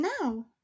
now